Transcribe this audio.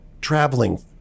traveling